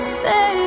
say